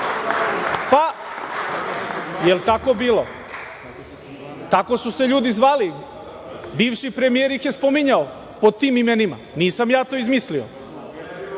Tako je bilo. Tako su se ljudi zvali. Bivši premijer ih je spominjao pod tim imenima. Nisam ja to izmislio. Kada